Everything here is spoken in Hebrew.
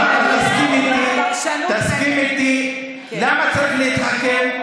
אבל תסכים איתי, למה צריך להתחכם?